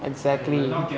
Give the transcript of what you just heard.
exactly